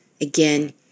again